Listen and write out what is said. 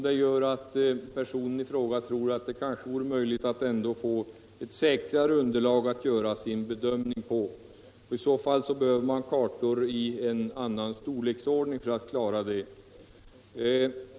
Detta gör att personen som jag talade med anser att det vore möjligt att få ett säkrare underlag för bedömningen, men i så fall behövs det kartor av en annan storleksordning än nu.